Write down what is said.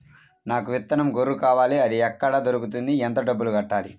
నాకు విత్తనం గొర్రు కావాలి? అది ఎక్కడ దొరుకుతుంది? ఎంత డబ్బులు కట్టాలి?